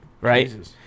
right